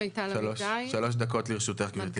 שלוש דקות לרשותך גברתי.